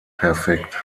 perfekt